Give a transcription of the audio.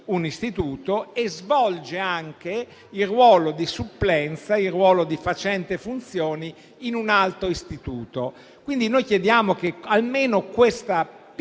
un istituto e svolge anche il ruolo di supplenza, di facente funzioni in un altro istituto. Chiediamo, quindi, che almeno questa piccola